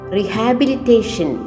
rehabilitation